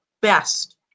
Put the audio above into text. best